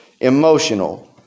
emotional